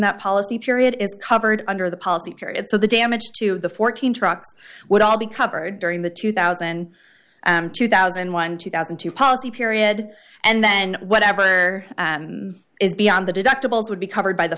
that policy period is covered under the policy period so the damage to the fourteen trucks would all be covered during the two thousand and two thousand and one two thousand two policy period and then whatever is beyond the deductibles would be covered by the